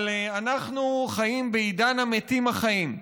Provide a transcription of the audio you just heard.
אבל אנחנו חיים בעידן המתים החיים,